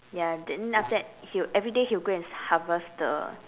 ya then after that he will everyday he will go and harvest the